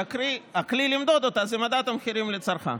שהכלי למדוד אותה זה מדד המחירים לצרכן.